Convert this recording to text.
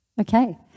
Okay